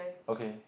okay